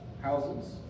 houses